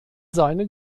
seine